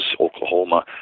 Oklahoma